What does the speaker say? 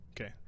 Okay